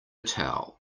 towel